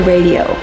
Radio